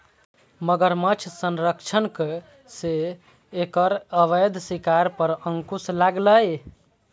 मगरमच्छ संरक्षणक सं एकर अवैध शिकार पर अंकुश लागलैए